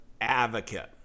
advocate